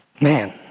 Man